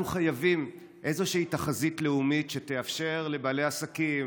אנחנו חייבים איזושהי תחזית לאומית שתאפשר לבעלי עסקים,